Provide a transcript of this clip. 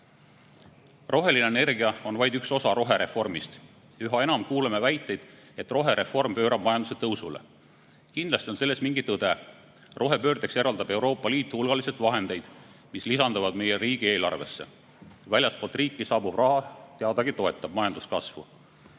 Roheline energia on vaid üks osa rohereformist. Üha enam kuuleme väiteid, et rohereform pöörab majanduse tõusule. Kindlasti on selles mingi tõde. Rohepöördeks eraldab Euroopa Liit hulgaliselt vahendeid, mis lisanduvad meie riigieelarvesse. Väljastpoolt riiki saabuv raha teadagi toetab majanduskasvu.